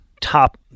top